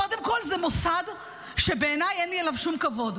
קודם כול, זה מוסד שבעיניי אין לי אליו שום כבוד.